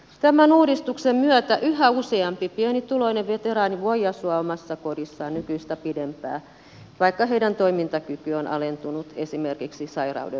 tämän uudistuksen myötä yhä useampi pienituloinen veteraani voi asua omassa kodissaan nykyistä pidempään vaikka hänen toimintakykynsä on alentunut esimerkiksi sairauden vuoksi